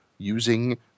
using